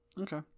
Okay